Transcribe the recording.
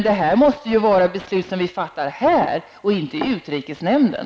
Det här måste dock vara beslut som vi skall fatta här och inte i utrikesnämnden.